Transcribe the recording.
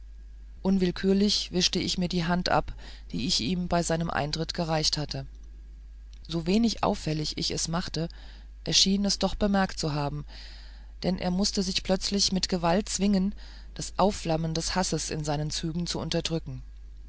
unwillkürlich wischte ich mir die hand ab die ich ihm bei seinem eintritt gereicht hatte so wenig auffällig ich es machte er schien es doch bemerkt zu haben denn er mußte sich plötzlich mit gewalt zwingen das aufflammen des hasses in sei nen zügen zu unterdrücken